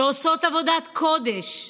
שעושות עבודת קודש,